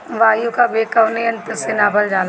वायु क वेग कवने यंत्र से नापल जाला?